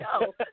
no